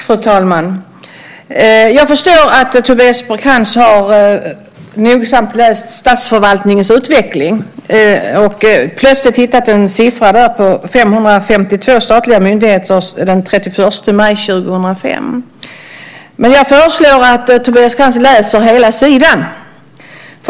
Fru talman! Jag förstår att Tobias Krantz nogsamt har läst om statsförvaltningens utveckling och plötsligt hittat en siffra där på 552 statliga myndigheter den 31 maj 2005. Jag föreslår att Tobias Krantz läser hela sidan.